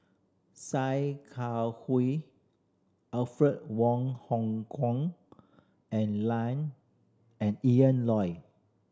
Sia Kah Hui Alfred Wong Hong Kwok and and Ian Loy